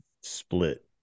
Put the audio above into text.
split